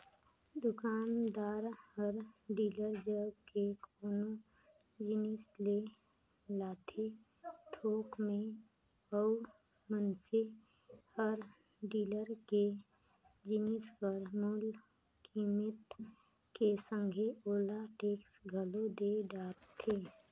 दुकानदार हर डीलर जग ले कोनो जिनिस ले लेथे थोक में अउ मइनसे हर डीलर ल जिनिस कर मूल कीमेत के संघे ओला टेक्स घलोक दे डरथे